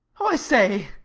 oh i say!